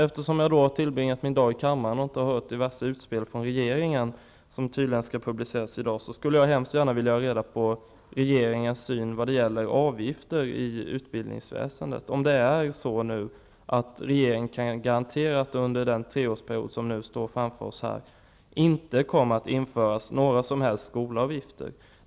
Eftersom jag har tillbringat min dag i kammaren och inte hört diverse utspel från regeringen, som tydligen skall publiceras i dag, skulle jag gärna vilja ha reda på regeringens syn vad gäller avgifter i utbildningsväsendet. Kan regeringen garantera att det under den treårsperiod som vi har framför oss inte kommer att införas några som helst skolavgifter?